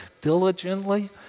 diligently